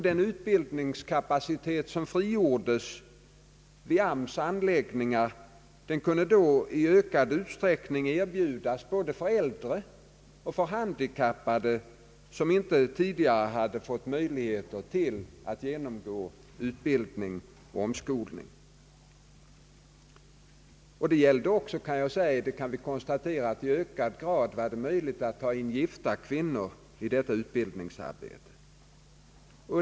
Den utbildningskapacitet som frigjordes vid arbetsmarknadsstyrelsens anläggningar kunde då i ökad utsträckning erbjudas både för äldre och för handikappade som inte tidigare hade fått möjlighet att genomgå utbildning och omskolning. Det blev också i ökad utsträckning möjligt att ta in gifta kvinnor i detta utbildningsarbete.